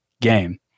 game